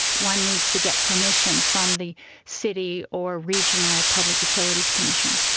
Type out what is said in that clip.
one needs to get permission from the city or regional public utilities commission.